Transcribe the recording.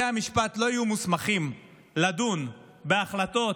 בתי המשפט לא יהיו מוסמכים לדון בהחלטות